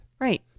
right